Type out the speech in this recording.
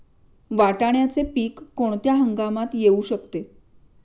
वाटाण्याचे पीक कोणत्या हंगामात येऊ शकते?